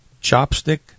Chopstick